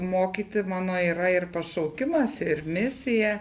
mokyti mano yra ir pašaukimas ir misija